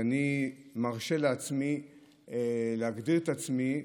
אני מרשה לעצמי להגדיר את עצמי,